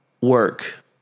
work